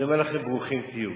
אני אומר לכם: ברוכים תהיו,